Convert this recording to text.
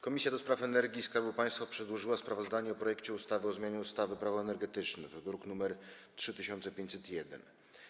Komisja do Spraw Energii i Skarbu Państwa przedłożyła sprawozdanie o projekcie ustawy o zmianie ustawy Prawo energetyczne, druk nr 3501.